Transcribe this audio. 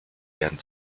werden